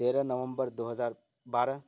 تیرہ نومبر دو ہزار بارہ